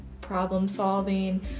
problem-solving